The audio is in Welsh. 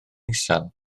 isel